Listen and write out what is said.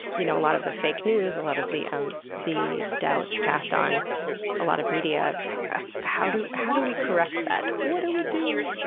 you know, a lot of the fake news, a lot of the um the doubts cast on a lot of media how do how do we correct that? what do we do?